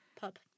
pub